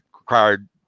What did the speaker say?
required